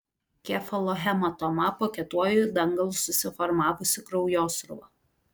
kefalohematoma po kietuoju dangalu susiformavusi kraujosrūva